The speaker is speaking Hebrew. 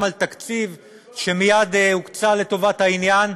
גם על תקציב שמייד הוקצה לטובת העניין.